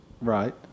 Right